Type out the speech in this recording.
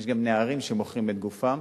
יש גם נערים שמוכרים את גופם,